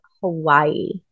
Hawaii